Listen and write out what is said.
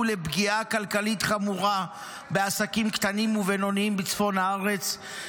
לפגיעה כלכלית חמורה בעסקים קטנים ובינוניים בצפון הארץ,